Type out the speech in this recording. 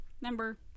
Number